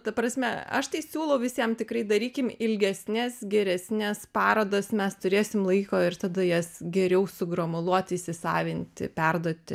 ta prasme aš tai siūlau visiem tikrai darykim ilgesnes geresnes parodas mes turėsim laiko ir tada jas geriau sugromuliuoti įsisavinti perduoti